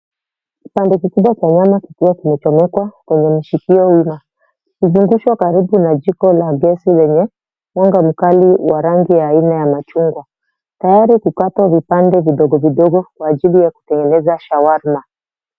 Kipande kikubwa cha nyama kikiwa kimechomekwa kwenye mshikio wima. Huzungushwa karibu na jiko la gesi lenye mwanga mkali wa rangi ya aina ya machungwa. Tayari kukatwa vipande vidogo vidogo kwa ajili ya kutengeneza shawarma.